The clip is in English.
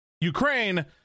Ukraine